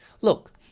Look